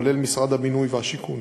כולל משרד הבינוי והשיכון,